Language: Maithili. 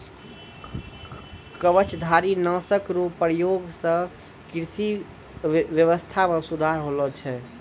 कवचधारी नाशक रो प्रयोग से कृषि व्यबस्था मे सुधार होलो छै